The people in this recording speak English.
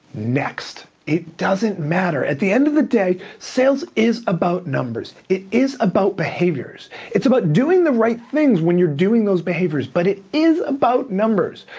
next. it doesn't matter. at the end of the day, sales is about numbers. it is about behaviors. it's about doing the right things when you're doing those behaviors, but it is about numbers.